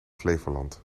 flevoland